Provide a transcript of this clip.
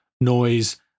noise